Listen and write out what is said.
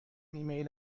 ایمیل